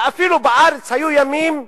ואפילו בארץ היו ימים,